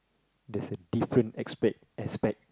there's a different aspect aspect